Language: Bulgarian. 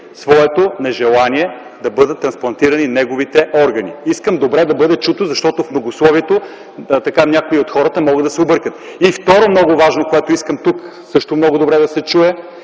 своето нежелание да бъдат трансплантирани неговите органи. Искам това добре да бъде чуто, защото от многословието някои от хората могат да се объркат. И второто много важно, което искам тук също много добре да се чуе,